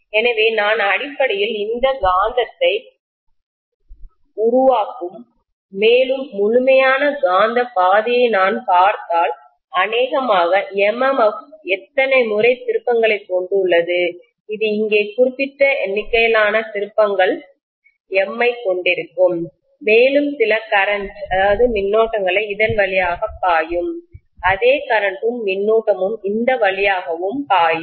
எனவே நான் அடிப்படையில் இந்த காந்தத்தை உருவாக்கப் போகிறேன் வட துருவமும் தென் துருவமும் காந்தத்தை உருவாக்கும் மேலும் முழுமையான காந்த பாதையை நான் பார்த்தால் அநேகமாக MMF எத்தனை முறை திருப்பங்களை கொண்டுள்ளது இது இங்கே குறிப்பிட்ட எண்ணிக்கையிலான திருப்பங்கள் M ஐ கொண்டிருக்கும் மேலும் சில கரண்ட் மின்னோட்டங்களை இதன் வழியாகப் பாயும் அதே கரண்ட்டும் மின்னோட்டமும் இந்த வழியாகவும் பாயும்